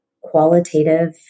qualitative